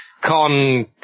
con